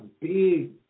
big